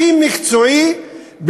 הכי מקצועי,